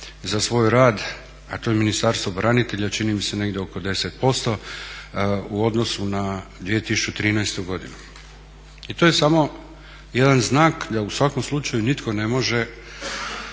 za svoj rad, a to je Ministarstvo branitelja čini mi se negdje oko 10% u odnosu na 2013. godinu. I to je samo jedan znak da u svakom slučaju nitko ne može